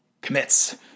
commits